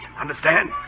Understand